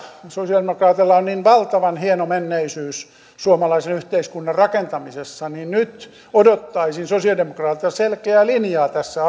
sosiaalidemokraateilla on niin valtavan hieno menneisyys suomalaisen yhteiskunnan rakentamisessa niin nyt odottaisin sosiaalidemokraateilta selkeää linjaa tässä